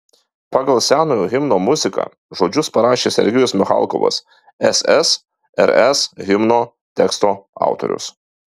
pagal senojo himno muziką žodžius parašė sergejus michalkovas ssrs himno teksto autorius